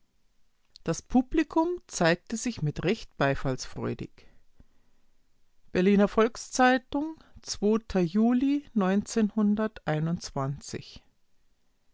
das publikum zeigte sich mit recht beifallsfreudig berliner volks-zeitung juli